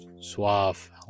suave